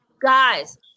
guys